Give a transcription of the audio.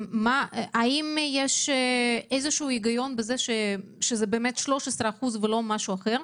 האם יש היגיון בזה שזה 13% ולא משהו אחר?